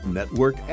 Network